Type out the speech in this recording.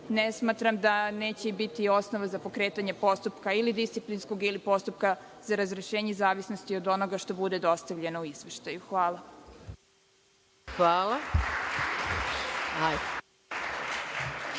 ne smatram da neće biti osnova za pokretanje postupka, ili disciplinskog ili postupka za razrešenje u zavisnosti od onoga što bude dostavljeno u izveštaju. Hvala.